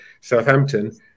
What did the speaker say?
Southampton